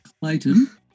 Clayton